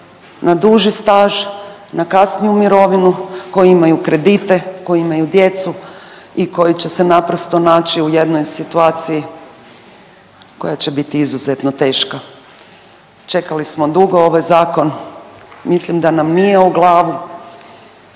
na duži staž, na kasniju mirovinu, koji imaju kredite, koji imaju djecu i koji će se naprosto naći u jednoj situaciji koja će biti izuzetno teška. Čekali smo ovaj zakon, mislim da nam nije o glavu